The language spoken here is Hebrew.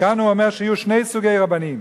וכאן הוא אומר שיהיו שני סוגי רבנים: